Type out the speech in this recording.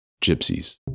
gypsies